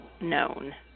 known